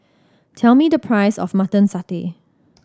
tell me the price of Mutton Satay